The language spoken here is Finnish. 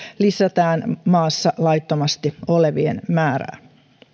lisää maassa laittomasti olevien määrää